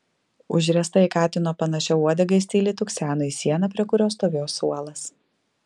užriesta į katino panašia uodega jis tyliai tukseno į sieną prie kurios stovėjo suolas